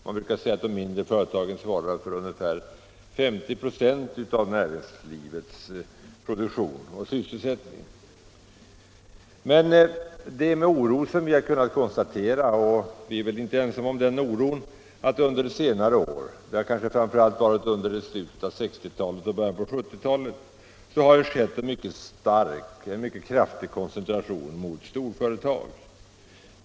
Man brukar säga att de mindre företagen svarar för 50 96 av näringslivets produktion och sysselsättning. Men det är med oro vi kunnat konstatera — och vi är inte ensamma om den oron — att det under senare år, kanske framför allt i slutet av 1960-talet och i början av 1970-talet, har skett en mycket kraftig koncentration i riktning mot storföretag.